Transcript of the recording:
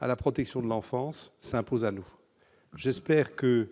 à la protection de l'enfance -s'imposent à nous. J'espère que,